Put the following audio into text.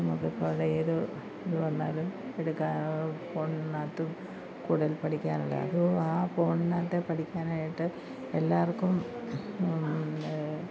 നമുക്കിപ്പോൾ ഏത് ഇത് വന്നാലും എടുക്കാൻ ഫോൺനകത്തും കൂടുതൽ പഠിക്കാനുള്ള അപ്പോൾ ആ ഫോൺനകത്തെ പഠിക്കാനായിട്ട് എല്ലാവർക്കും